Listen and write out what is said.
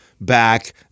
back